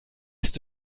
ist